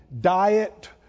diet